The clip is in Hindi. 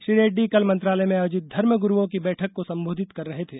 श्री रेड्डी कल मंत्रालय में आयोजित धर्म गुरूओं की बैठक को सम्बोधित कर रहे थे